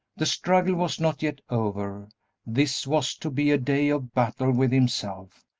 the struggle was not yet over this was to be a day of battle with himself,